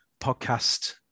podcast